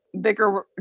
bigger